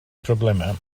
problemau